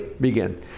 begin